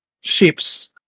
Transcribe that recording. ships